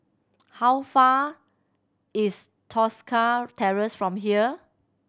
how far is Tosca Terrace from here